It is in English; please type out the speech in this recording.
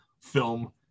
film